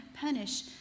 punish